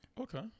Okay